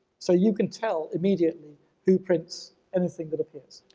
so you can tell immediately who prints anything that appears.